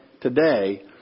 today